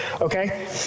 okay